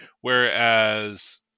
whereas